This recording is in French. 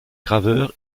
graveur